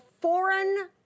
foreign